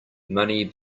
money